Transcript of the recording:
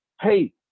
hey